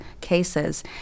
cases